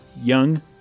young